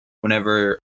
whenever